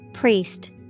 Priest